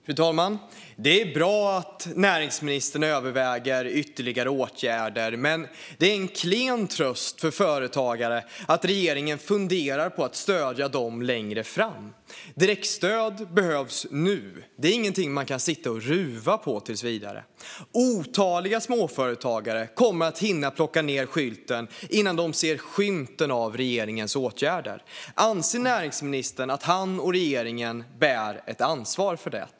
Fru talman! Det är bra att näringsministern överväger ytterligare åtgärder, men det är en klen tröst för företagare att regeringen funderar på att stödja dem längre fram. Direktstöd behövs nu. Det är ingenting som man kan sitta och ruva på tills vidare. Otaliga småföretagare kommer att hinna plocka ned skylten innan de ser skymten av regeringens åtgärder. Anser näringsministern att han och regeringen bär ett ansvar för det?